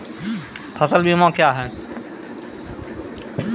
फसल बीमा क्या हैं?